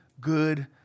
good